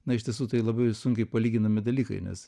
na iš tiesų tai labai sunkiai palyginami dalykai nes